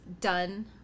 done